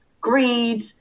greed